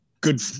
good